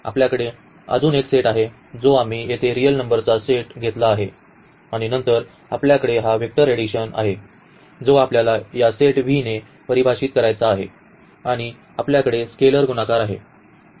आपल्याकडे अजून एक सेट आहे जो आम्ही येथे रिअल नंबरचा सेट घेतला आहे आणि नंतर आपल्याकडे हा वेक्टर एडिशन आहे जो आपल्याला या सेट V ने परिभाषित करायचा आहे आणि आपल्याकडे स्केलर गुणाकार आहे